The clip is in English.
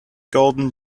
golden